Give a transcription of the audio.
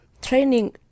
training